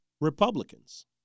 Republicans